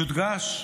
יודגש,